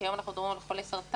כי היום אנחנו מדברים על חולי סרטן,